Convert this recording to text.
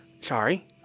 Sorry